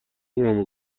عمرمو